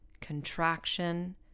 contraction